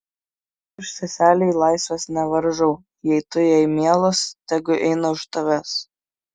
aš seselei laisvės nevaržau jei tu jai mielas tegu eina už tavęs